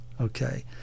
okay